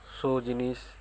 show ଜିନିଷ୍